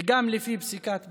וגם לפי פסיקת בג"ץ,